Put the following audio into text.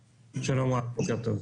שלום רב, בוקר טוב.